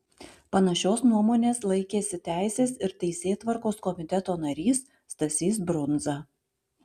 panašios nuomonės laikėsi teisės ir teisėtvarkos komiteto narys stasys brundza